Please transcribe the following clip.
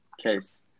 case